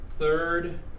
Third